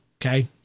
Okay